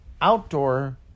outdoor